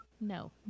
No